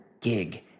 gig